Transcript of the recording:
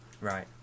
Right